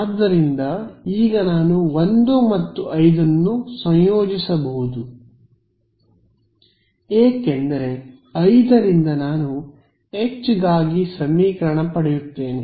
ಆದ್ದರಿಂದ ಈಗ ನಾನು 1 ಮತ್ತು 5 ಅನ್ನು ಸಂಯೋಜಿಸಬಹುದು ಏಕೆಂದರೆ 5 ರಿಂದ ನಾನು H ಗಾಗಿ ಸಮೀಕರಣ ಪಡೆಯುತ್ತೇನೆ